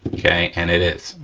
okay? and it is,